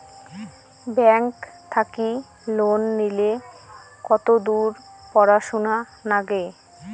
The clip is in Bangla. ব্যাংক থাকি লোন নিলে কতদূর পড়াশুনা নাগে?